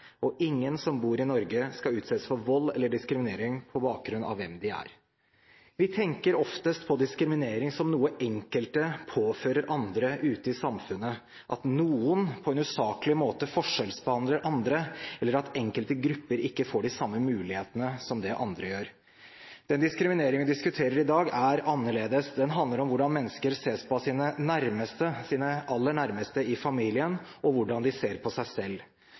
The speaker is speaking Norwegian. og ingen som bor i Norge, skal utsettes for vold eller diskriminering på bakgrunn av hvem de er. Vi tenker oftest på diskriminering som noe enkelte påfører andre ute i samfunnet, at noen på en usaklig måte forskjellsbehandler andre, eller at enkelte grupper ikke får de samme mulighetene som andre. Den diskrimineringen vi diskuterer i dag, er annerledes. Den handler om hvordan mennesker ses på av sine aller nærmeste, i familien, og hvordan de ser på seg selv.